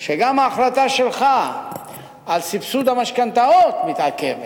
שגם ההחלטה שלך על סבסוד המשכנתאות מתעכבת.